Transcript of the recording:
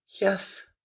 yes